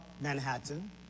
Manhattan